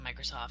Microsoft